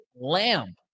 Lamb